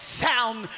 sound